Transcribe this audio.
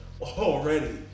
already